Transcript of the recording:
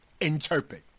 interpret